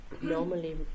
normally